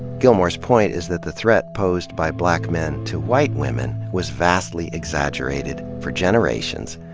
gilmore's point is that the threat posed by black men to white women was vastly exaggerated, for generations,